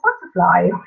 butterfly